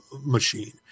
machine